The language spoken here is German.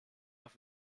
auf